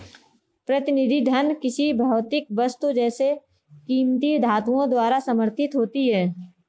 प्रतिनिधि धन किसी भौतिक वस्तु जैसे कीमती धातुओं द्वारा समर्थित होती है